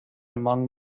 among